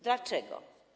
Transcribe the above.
Dlaczego?